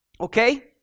okay